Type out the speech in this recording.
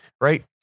right